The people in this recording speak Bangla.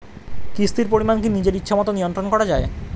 কিস্তির পরিমাণ কি নিজের ইচ্ছামত নিয়ন্ত্রণ করা যায়?